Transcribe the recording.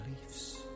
beliefs